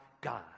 God